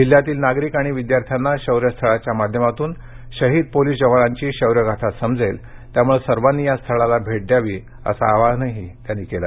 जिल्ह्यातील नागरिक आणि विद्यार्थ्याना शौर्यस्थळाच्या माध्यमातून शहीद पोलिस जवानांची शौर्यगाथा समजेल त्यामुळे सर्वांनी या स्थळाला भेट द्यावी असं आवाहन त्यांनी केले